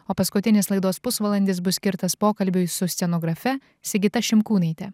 o paskutinis laidos pusvalandis bus skirtas pokalbiui su scenografe sigita šimkūnaite